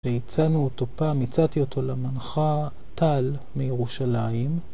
כשיצאנו אותו פעם הצאתי אותו למנחה טל מירושלים